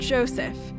Joseph